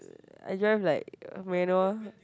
I drive like uh manual